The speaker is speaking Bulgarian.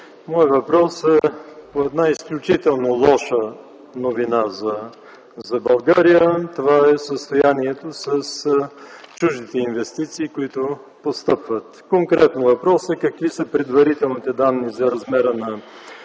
моят въпрос е по една изключително лоша новина за България. Това е състоянието с чуждите инвестиции, които постъпват. Конкретно въпросът е: какви са предварителните данни за размера на